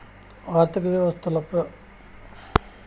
ఆర్థిక వ్యవస్తల పెబుత్వ పాత్రేంటో ఈ పబ్లిక్ ఫైనాన్స్ సూస్తున్నాది